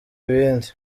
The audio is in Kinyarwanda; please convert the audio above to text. ibindi